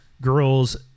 girls